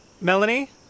Melanie